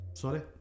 Sorry